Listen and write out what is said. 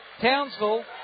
Townsville